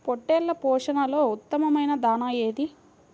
పొట్టెళ్ల పోషణలో ఉత్తమమైన దాణా ఏది?